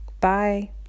Bye